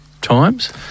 times